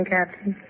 Captain